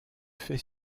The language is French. fait